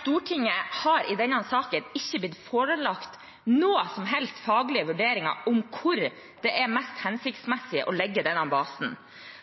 Stortinget har i denne saken ikke blir forelagt noen som helst faglige vurderinger om hvor det er mest hensiktsmessig å legge denne basen.